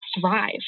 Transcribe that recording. thrive